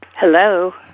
Hello